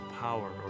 power